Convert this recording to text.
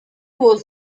was